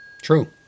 True